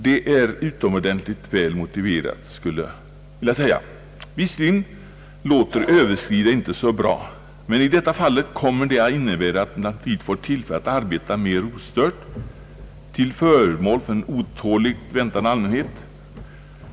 Det är utomordentligt väl motiverat. Visserligen låter ordet överskrida inte så bra, men i detta fall kommer det att innebära att lantmäteriet får tillfälle att arbeta mer ostört till fördel för en otåligt väntande allmänhet.